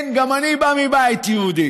כן, גם אני בא מבית יהודי